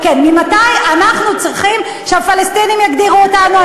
כן, ממתי אנחנו צריכים שהפלסטינים יגדירו אותנו?